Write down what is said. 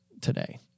today